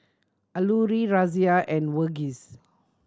Alluri Razia and Verghese